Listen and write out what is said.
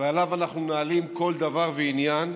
ועליו אנחנו מנהלים כל דבר ועניין.